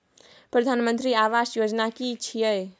प्रधानमंत्री आवास योजना कि छिए?